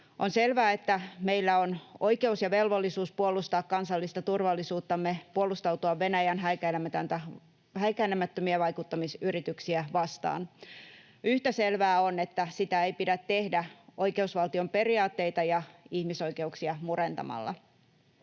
On selvää, että meillä on oikeus ja velvollisuus puolustaa kansallista turvallisuuttamme, puolustautua Venäjän häikäilemättömiä vaikuttamisyrityksiä vastaan. Yhtä selvää on, että sitä ei pidä tehdä oikeusvaltion periaatteita ja ihmisoikeuksia murentamalla.